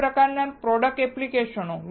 કયા પ્રકારનાં પ્રોડક્ટ એપ્લિકેશનો